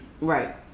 Right